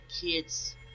kids